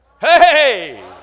Hey